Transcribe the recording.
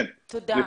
תודה.